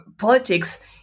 politics